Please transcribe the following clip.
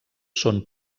són